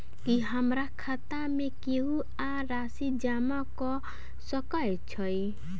की हमरा खाता मे केहू आ राशि जमा कऽ सकय छई?